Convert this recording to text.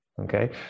Okay